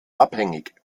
abhängig